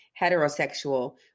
heterosexual